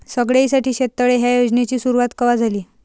सगळ्याइसाठी शेततळे ह्या योजनेची सुरुवात कवा झाली?